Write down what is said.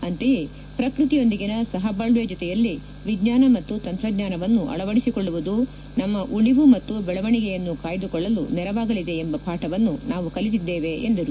ಅಂತೆಯೇ ಪ್ರಕೃತಿಯೊಂದಿಗಿನ ಸಹಬಾಳ್ವೆ ಜೊತೆಯಲ್ಲೇ ವಿಜ್ಞಾನ ಮತ್ತು ತಂತ್ರಜ್ಞಾನವನ್ನು ಅಳವಡಿಸಿಕೊಳ್ಳುವುದು ನಮ್ಮ ಉಳವು ಮತ್ತು ಬೆಳವಣಿಗೆಯನ್ನು ಕಾಯ್ಲುಕೊಳ್ಳಲು ನೆರವಾಗಲಿದೆ ಎಂಬ ಪಾಠವನ್ನು ನಾವು ಕಲಿತಿದ್ದೇವೆ ಎಂದರು